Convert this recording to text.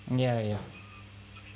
ya ya